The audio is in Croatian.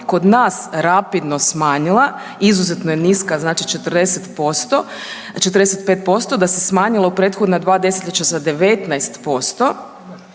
kod nas rapidno smanjila. Izuzetno je niska. Znači 40%, a 45% da se smanjila u prethodna dva desetljeća za 19%.